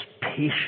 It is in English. patience